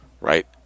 Right